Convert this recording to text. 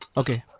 ok.